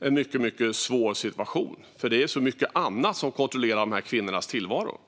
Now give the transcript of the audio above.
det en mycket svår situation eftersom det är så mycket annat som kontrollerar dessa kvinnors tillvaro.